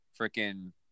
freaking